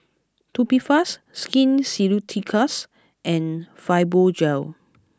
Tubifast Skin Ceuticals and Fibogel